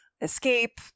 escape